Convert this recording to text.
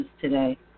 today